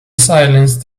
silence